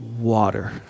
Water